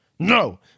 No